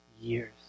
years